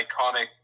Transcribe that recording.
iconic